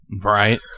Right